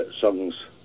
songs